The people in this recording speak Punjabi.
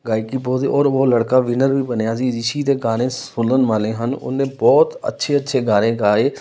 ਗਾਇਕੀ ਬਹੁਤ ਹੀ ਔਰ ਵੋ ਲੜਕਾ ਵਿਨਰ ਵੀ ਬਣਿਆ ਸੀ ਰਿਸ਼ੀ ਦੇ ਗਾਣੇ ਸੁਣਨ ਵਾਲੇ ਹਨ ਉਹਨੇ ਬਹੁਤ ਅੱਛੇ ਅੱਛੇ ਗਾਣੇ ਗਾਏ